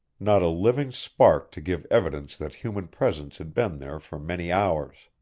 not a living spark to give evidence that human presence had been there for many hours.